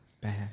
bad